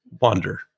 wander